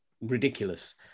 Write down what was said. ridiculous